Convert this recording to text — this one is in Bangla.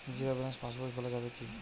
জীরো ব্যালেন্স পাশ বই খোলা যাবে কি?